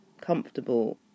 comfortable